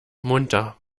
munter